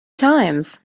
times